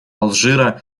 алжира